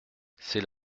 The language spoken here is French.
c’est